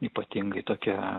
ypatingai tokia